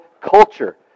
culture